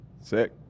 Sick